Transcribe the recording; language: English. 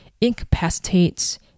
incapacitates